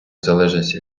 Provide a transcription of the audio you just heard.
залежності